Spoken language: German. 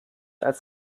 als